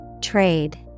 Trade